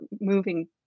moving